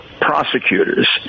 prosecutors